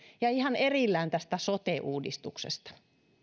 ja ihan erillään sote uudistuksesta